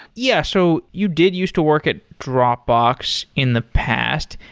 yeah. so you did used to work at dropbox in the past.